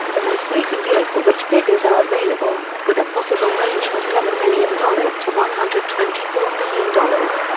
the most recent year for which figures are available, with a possible range from seven million dollars to one hundred and twenty four million dollars.